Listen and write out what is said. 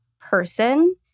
person